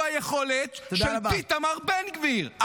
והיכולות של איתמר בן גביר -- תודה רבה.